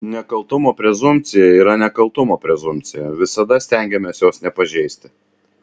nekaltumo prezumpcija yra nekaltumo prezumpcija visada stengiamės jos nepažeisti